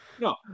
No